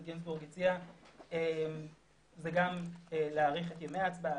גינזבורג זה גם להאריך את ימי ההצבעה.